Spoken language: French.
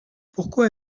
pourquoi